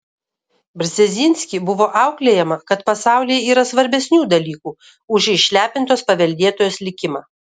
brzezinski buvo auklėjama kad pasaulyje yra svarbesnių dalykų už išlepintos paveldėtojos likimą